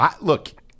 Look